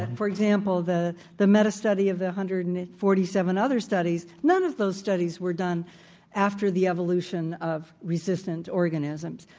for example, the the metastudy of the one hundred and forty seven other studies, none of those studies were done after the evolution of resistant organisms,